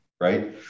Right